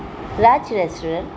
प्लाज़ restaurant